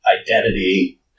identity